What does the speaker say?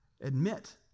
Admit